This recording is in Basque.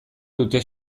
dute